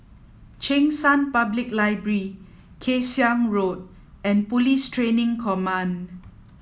Cheng San Public Library Kay Siang Road and Police Training Command